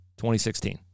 2016